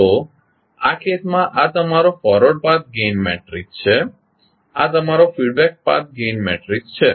તો આ કેસમાં આ તમારો ફોરવર્ડ પાથ ગેઇન મેટ્રિક્સ છે આ તમારો ફિડબેક પાથ ગેઇન મેટ્રિક્સ છે